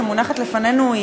שמונחת לפנינו,